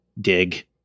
dig